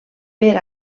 per